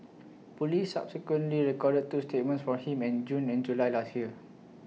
Police subsequently recorded two statements from him in June and July last year